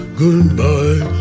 goodbye